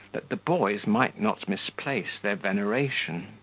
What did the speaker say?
that the boys might not misplace their veneration.